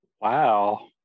Wow